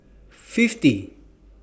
fiftieth